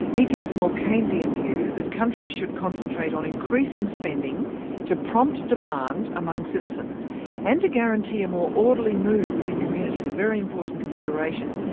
he takes a more keynesian view that countries should concentrate on increasing spending to prompt demand among citizens and to guarantee a more orderly mood within communities a very important consideration,